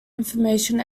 information